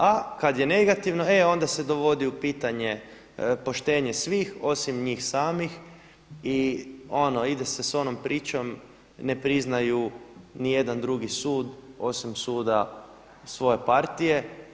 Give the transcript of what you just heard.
A kada je negativno, e onda se dovodi u pitanje poštenje svih osim njih samih i ono ide se s onom pričom ne priznaju nijedan drugi sud osim suda svoje partije.